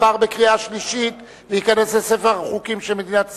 עברה בקריאה שלישית ותיכנס לספר החוקים של מדינת ישראל.